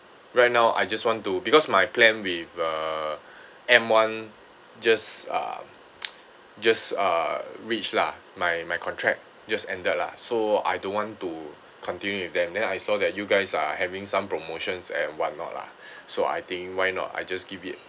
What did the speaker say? right now I just want to because my plan with uh M one just uh just uh reached lah my my contract just ended lah so I don't want to continue with them then I saw that you guys are having some promotions and whatnot lah so I think why not I just give it